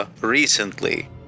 recently